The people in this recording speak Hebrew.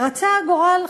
רצה הגורל,